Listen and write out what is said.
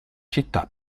città